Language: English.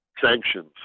sanctions